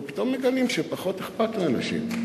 אנחנו פתאום מגלים שפחות אכפת לאנשים.